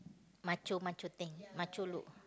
macho macho tank macho look